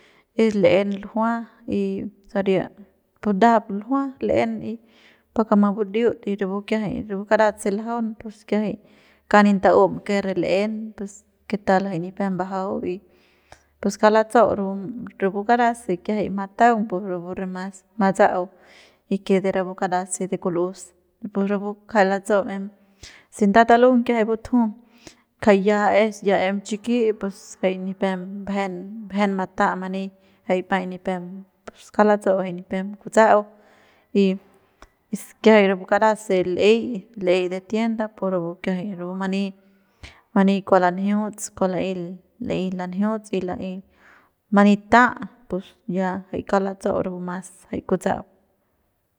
Es l'en ljua y saria pu ndajap ljua l'en y pa que mabudiut y rapu kiajay rapu karat se ljaun pus kauk nip ta'un kerre l'en pus que tal jay nipem mbajau y pus kauk latsau rapu rapu kara se kiajay mataung pus rapu re mas matsa'au y que rapu kara se de kul'us pu rapu kjay latsau em se nda talung kiajay butju kjay ya es ya em chiki pus jay nipem bajen bajen mata many jay paiñ nipem jay latsa'au jay nipem kutsa'au y es kiajay rapu kara se l'ey l'ey de tienda pu rapu kiajay rapu many many kua lanjiuts kua la'ey la'ey lanjiuts y la'ey mani t'a ya pus kauk latsa'au jay rapu mas jay kutsa'au.